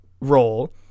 role